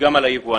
וגם על היבואנים.